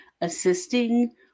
assisting